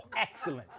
Excellent